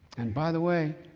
and by the way,